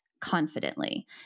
confidently